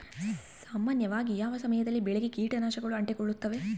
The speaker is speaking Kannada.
ಸಾಮಾನ್ಯವಾಗಿ ಯಾವ ಸಮಯದಲ್ಲಿ ಬೆಳೆಗೆ ಕೇಟನಾಶಕಗಳು ಅಂಟಿಕೊಳ್ಳುತ್ತವೆ?